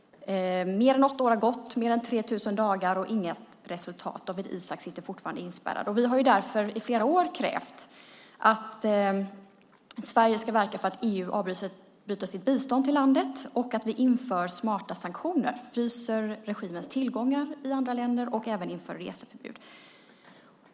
Mer än åtta år har gått, mer än 3 000 dagar och inga resultat, utan Dawit Isaak sitter fortfarande inspärrad. Vi har därför i flera år krävt att Sverige ska verka för att EU avbryter sitt bistånd till landet och att vi inför smarta sanktioner, fryser regimens tillgångar i andra länder och även inför reseförbud.